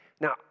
Now